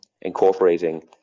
incorporating